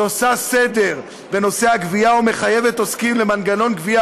שעושה סדר בנושאי הגבייה ומחייבת עוסקים למנגנון גבייה